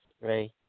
Ray